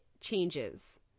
changes